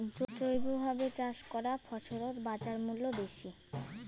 জৈবভাবে চাষ করা ফছলত বাজারমূল্য বেশি